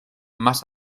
más